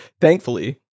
thankfully